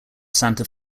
santa